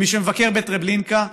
ומי שמבקר בטרבלינקה,